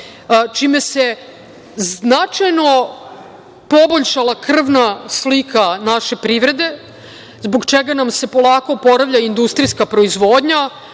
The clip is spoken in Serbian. čime se značajno poboljšala krvna slika naše privrede, zbog čega nam se polako oporavlja industrijska proizvodnja,